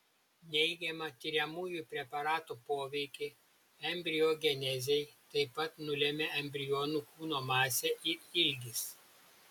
neigiamą tiriamųjų preparatų poveikį embriogenezei taip pat nulemia embrionų kūno masė ir ilgis